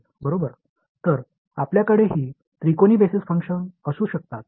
எனவே இந்த முக்கோண அடிப்படை செயல்பாடுகளை நீங்கள் கொண்டிருக்கலாம்